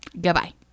goodbye